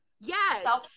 yes